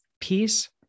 peace